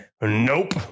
Nope